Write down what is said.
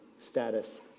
status